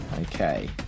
Okay